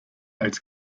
als